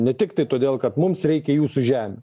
ne tiktai todėl kad mums reikia jūsų žemių